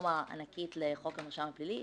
רפורמה ענקית לחוק המרשם הפלילי,